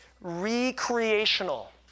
recreational